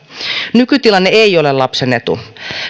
nykytilanne ei ole lapsen etu